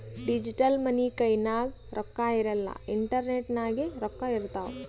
digital money ಕೈನಾಗ್ ರೊಕ್ಕಾ ಇರಲ್ಲ ಇಂಟರ್ನೆಟ್ ನಾಗೆ ರೊಕ್ಕಾ ಇರ್ತಾವ್